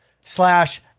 slash